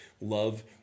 love